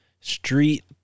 street